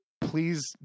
Please